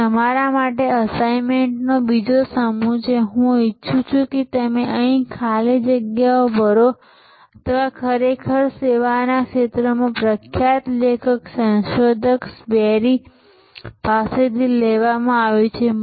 તેથી તમારા માટે અસાઇનમેન્ટનો બીજો સમૂહ આ છે હું ઇચ્છું છું કે તમે અહીં ખાલી જગ્યાઓ ભરો આ ખરેખર સેવા ક્ષેત્રના અન્ય પ્રખ્યાત લેખક અને સંશોધક બેરી પાસેથી લેવામાં આવ્યું છે